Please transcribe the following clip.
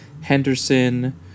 henderson